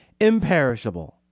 imperishable